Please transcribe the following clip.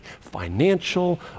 financial